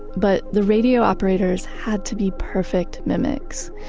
but the radio operators had to be perfect mimics.